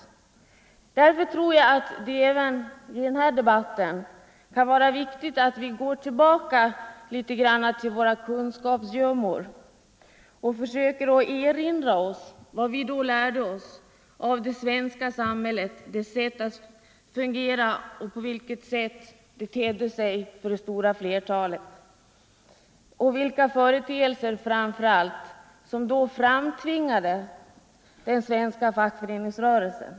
Och därför tror jag att vi även i denna debatt med fördel kan gå tillbaka litet i våra kunskapsgömmor och försöka erinra oss vad vi en gång läste om det svenska samhället, dess sätt att fungera och hur det tedde sig för det stora flertalet samt framför allt vilka företeelser som tvingade fram den svenska fackföreningsrörelsen.